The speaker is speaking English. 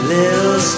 Little